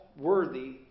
Worthy